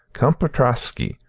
count pretovsky,